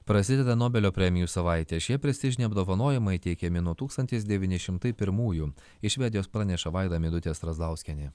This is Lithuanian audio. prasideda nobelio premijų savaitė šie prestižiniai apdovanojimai teikiami nuo tūkstantis devyni šimtai pirmųjų iš švedijos praneša vaida meidutė strazdauskienė